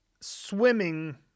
swimming